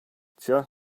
tja